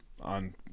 on